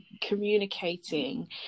communicating